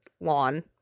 lawn